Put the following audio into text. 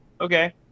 okay